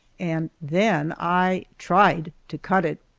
and then i tried to cut it!